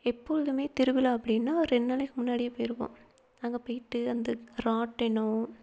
எப்பொழுதுமே திருவிழா அப்படின்னா ஒரு ரெண்டு நாளைக்கு முன்னாடியே போயிடுவோம் அங்கே போயிட்டு அந்த ராட்டினம்